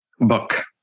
Book